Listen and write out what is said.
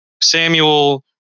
Samuel